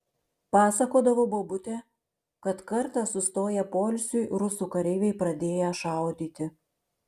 pasakodavo bobutė kad kartą sustoję poilsiui rusų kareiviai pradėję šaudyti